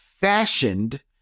fashioned